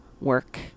work